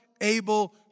able